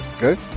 Good